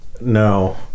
No